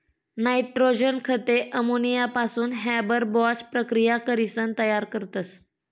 nitrogen खते अमोनियापासून Haber Bosch प्रकिया करीसन तयार करतस